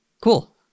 Cool